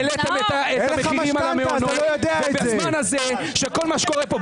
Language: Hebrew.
העליתם את המחירים על המעונות ובזמן הזה שכל מה שקורה פה,